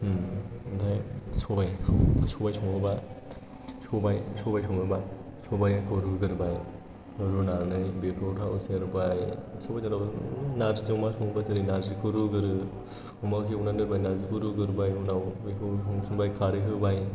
ओमफ्राय सबाइ सबाइ सङोबा सबाइखौ रुग्रोबाय रुनानै बेखौ थाव सेरबाय सबाइजों दाउजों नारजि अमा संबा जेरै नारजिखौ रुग्रोयो अमाखौ एवनानै दोनबाय नारजिखौ रुग्रोबाय उनाव बेखौ संफिनबाय खारै होबाय